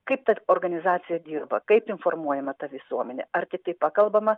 kaip ta organizacija dirba kaip informuojama ta visuomenė ar tiktai pakalbama